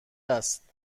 است